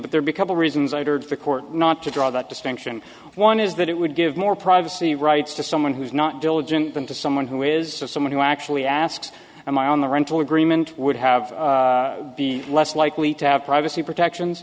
but there because the reasons i've heard for court not to draw that distinction one is that it would give more privacy rights to someone who's not diligent than to someone who is someone who actually asks am i on the rental agreement would have been less likely to have privacy protections